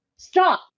Stop